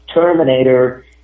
Terminator